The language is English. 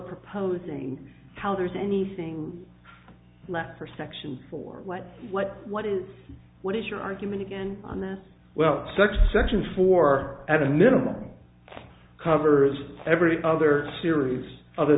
proposing how there's anything left for section four what what what is what is your argument again on this well next section for at a minimum covers every other series other